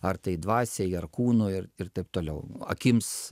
ar tai dvasiai ar kūnui ir taip toliau akims